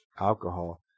alcohol